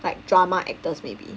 like drama actors maybe